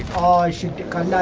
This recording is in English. all issues because